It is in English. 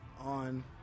on